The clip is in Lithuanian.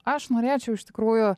aš norėčiau iš tikrųjų